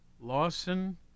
Lawson